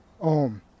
Ohm